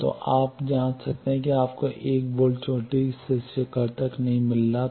तो आप तब जांच सकते हैं कि आपको 1 वोल्ट चोटी से शिखर तक नहीं मिल रहा है